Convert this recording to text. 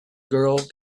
girl